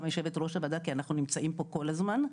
יושבת ראש הוועדה כי אנחנו נמצאים פה כל הזמן,